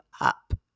up